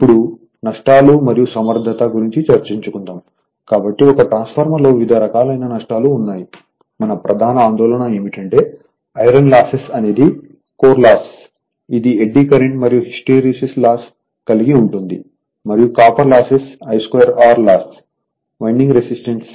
ఇప్పుడు నష్టాలు మరియు సమర్థత గురించి చర్చించుకుందాం కాబట్టి ఒక ట్రాన్స్ఫార్మర్లో వివిధ రకాలైన నష్టాలు ఉన్నాయిమన ప్రధాన ఆందోళన ఏమిటంటే ఐరన్ లాసెస్ అనేది కోర్ లాసెస్ ఇది ఎడ్డీ కరెంట్ మరియు హిస్టెరిసిస్ కలిగి ఉంటుంది మరియు copper losses I2R loss winding resistance